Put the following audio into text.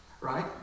right